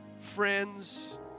friends